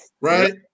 right